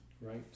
Right